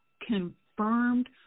confirmed